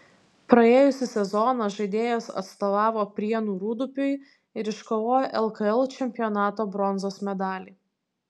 praėjusį sezoną žaidėjas atstovavo prienų rūdupiui ir iškovojo lkl čempionato bronzos medalį